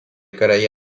karai